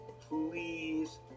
please